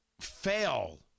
fail